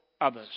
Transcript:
others